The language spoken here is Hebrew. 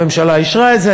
הממשלה אישרה את זה,